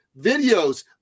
videos